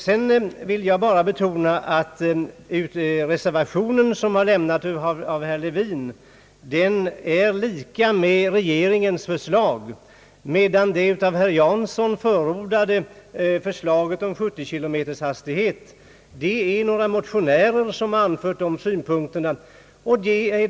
Vidare vill jag betona att herr Levins reservation är lika med regeringens förslag, medan det av herr Jansson för ordade förslaget om 70 kilometers hastighet är baserat på synpunkter som anförts av några motionärer.